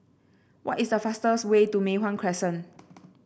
what is the fastest way to Mei Hwan Crescent